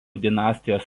dinastijos